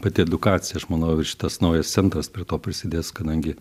pati edukacija aš manau ir šitas naujas centras prie to prisidės kadangi